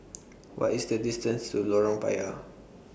What IS The distance to Lorong Payah